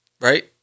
Right